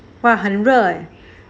!wah! 很热 leh